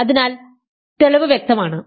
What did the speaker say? അതിനാൽ തെളിവ് വ്യക്തമാണ്